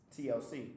TLC